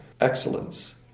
excellence